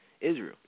Israel